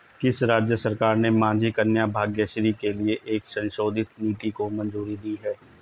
किस राज्य सरकार ने माझी कन्या भाग्यश्री के लिए एक संशोधित नीति को मंजूरी दी है?